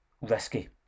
risky